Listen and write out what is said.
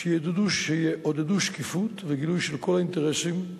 שיעודדו שקיפות וגילוי של כל האינטרסים,